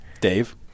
Dave